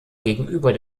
gegenüber